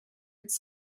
its